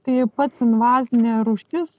tai pats invazinė rūšis